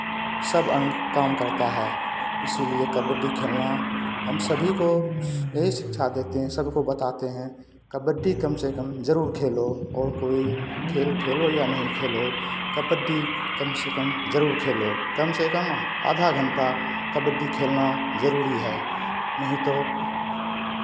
सब अंग काम करता है इसीलिए कबड्डी खेलना हम सभी को यही शिक्षा देते हैं सबको बताते हैं कबड्डी कम से कम जरूर खेलो और कोई खेल खेलो या नहीं खेलो कबड्डी कम से कम जरूर खेलो कम से कम आधा घंटा कबड्डी खेलना जरूरी है नहीं तो